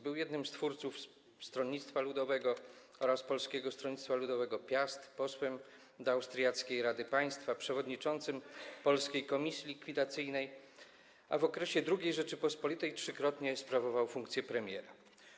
Był jednym z twórców Stronnictwa Ludowego oraz Polskiego Stronnictwa Ludowego „Piast”, posłem do austriackiej Rady Państwa, przewodniczącym Polskiej Komisji Likwidacyjnej, a w okresie II Rzeczypospolitej trzykrotnie sprawował funkcję premiera.